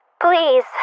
please